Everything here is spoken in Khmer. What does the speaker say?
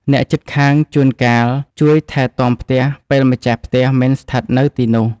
អ្នកជិតខាងជួនកាលជួយថែទាំផ្ទះពេលម្ចាស់ផ្ទះមិនស្ថិតនៅទីនោះ។